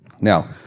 Now